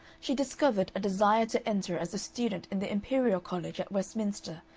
she discovered a desire to enter as a student in the imperial college at westminster,